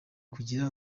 bagira